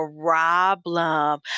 problem